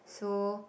so